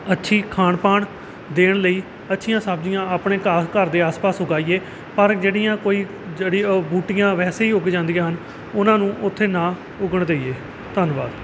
ਅੱਛੀ ਖਾਣ ਪਾਣ ਦੇਣ ਲਈ ਅੱਛੀਆਂ ਸਬਜ਼ੀਆਂ ਆਪਣੇ ਘਾ ਘਰ ਦੇ ਆਸ ਪਾਸ ਉਗਾਈਏ ਪਰ ਜਿਹੜੀਆਂ ਕੋਈ ਜੜ੍ਹੀ ਬੂਟੀਆਂ ਵੈਸੇ ਹੀ ਉੱਗ ਜਾਂਦੀਆਂ ਹਨ ਉਹਨਾਂ ਨੂੰ ਉੱਥੇ ਨਾ ਉੱਗਣ ਦੇਈਏ ਧੰਨਵਾਦ